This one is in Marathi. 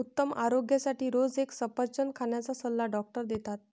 उत्तम आरोग्यासाठी रोज एक सफरचंद खाण्याचा सल्ला डॉक्टर देतात